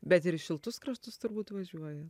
bet ir į šiltus kraštus turbūt važiuoji